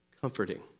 comforting